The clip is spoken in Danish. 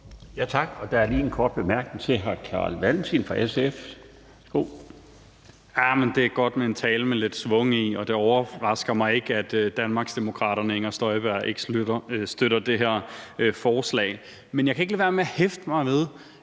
Hr. Carl Valentin fra SF. Værsgo. Kl. 21:06 Carl Valentin (SF): Jamen det er godt med en tale med lidt schwung i, og det overrasker mig ikke, at Danmarksdemokraterne – Inger Støjberg ikke støtter det her forslag. Men jeg kan ikke lade være med at hæfte mig ved,